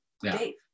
Dave